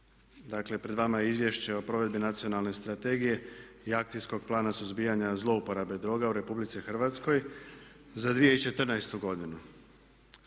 dakle pred vama je Izvješće o provedbi Nacionalne strategije i Akcijskog plana suzbijanja zlouporabe droga u Republici Hrvatskoj za 2014. godinu.